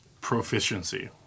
proficiency